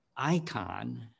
icon